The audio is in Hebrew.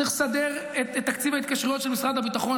צריך לסדר את תקציב ההתקשרויות של משרד הביטחון,